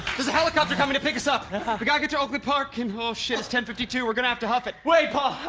there's a helicopter coming to pick us up. we gotta get to oakly park in oh shit it's ten fifty two we're gonna have to huff it wait paul.